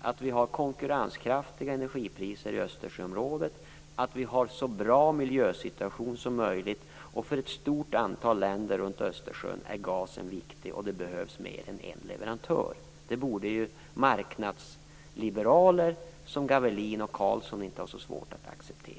att vi skall ha konkurrenskraftiga energipriser i Östersjöområdet och att vi skall ha en så bra miljösituation som möjligt. För ett stort antal länder runt Östersjön är gasen viktig, och det behövs mer än en leverantör. Detta borde ju marknadsliberaler som Gavelin och Karlsson inte ha så svårt att acceptera.